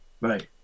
Right